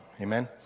Amen